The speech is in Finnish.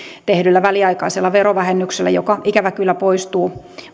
tehdyllä väliaikaisella verovähennyksellä joka ikävä kyllä poistuu